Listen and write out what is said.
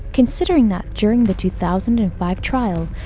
considering that during the two thousand and five trial,